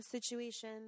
situation